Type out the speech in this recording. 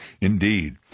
indeed